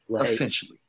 essentially